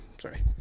Sorry